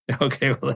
Okay